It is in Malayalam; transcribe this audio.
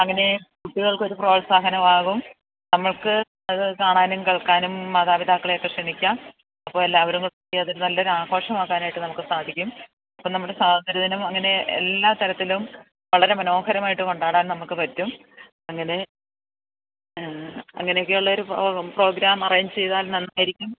അങ്ങനെ കുട്ടികൾക്കൊരു പ്രോത്സാഹനമാകും നമ്മൾക്ക് അതു കാണാനും കേൾക്കാനും മാതാപിതാക്കളെ ഒക്കെ ക്ഷണിക്കാം അപ്പോള് എല്ലാവരും കൂടെ അതൊരു നല്ലൊരു ആഘോഷമാക്കാനായിട്ട് നമുക്കു സാധിക്കും അപ്പോള് നമ്മുടെ സ്വാതന്ത്ര്യദിനം അങ്ങനെ എല്ലാ തരത്തിലും വളരെ മനോഹരമായിട്ടു കൊണ്ടാടാൻ നമുക്കു പറ്റും അങ്ങനെ അങ്ങനെയൊക്കെയുള്ളൊരു പ്രോഗ്രാം അറേഞ്ചെയ്താൽ നന്നായിരിക്കും